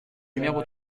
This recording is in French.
numéro